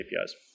APIs